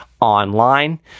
online